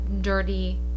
dirty